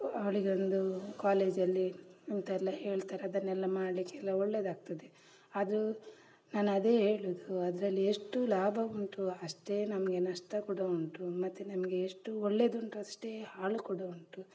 ಅವಳಿಗೊಂದು ಕಾಲೇಜಲ್ಲಿ ಎಂತ ಎಲ್ಲ ಹೇಳ್ತಾರೆ ಅದನ್ನೆಲ್ಲ ಮಾಡಲಿಕ್ಕೆಲ್ಲ ಒಳ್ಳೆಯದಾಗ್ತದೆ ಅದು ನಾನದೇ ಹೇಳುವುದು ಅದರಲ್ಲಿ ಎಷ್ಟು ಲಾಭ ಉಂಟು ಅಷ್ಟೇ ನಮಗೆ ನಷ್ಟ ಕೂಡ ಉಂಟು ಮತ್ತೆ ನಮಗೆ ಎಷ್ಟು ಒಳ್ಳೆಯದುಂಟು ಅಷ್ಟೇ ಹಾಳು ಕೂಡ ಉಂಟು